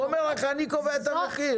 הוא אומר לך, אני קובע את המחיר.